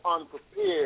Unprepared